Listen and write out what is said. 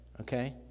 okay